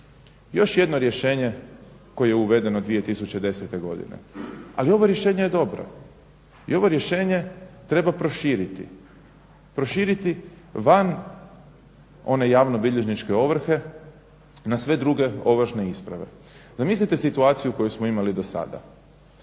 Još jedno rješenje koje je uvedeno 2010. godine. Ali ovo rješenje je dobro i ovo rješenje treba proširiti. Proširiti van one javnobilježničke ovrhe na sve druge ovršne isprave. Zamislite situaciju koju smo imali dosada.